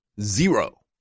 Zero